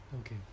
okay